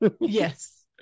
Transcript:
Yes